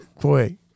Boy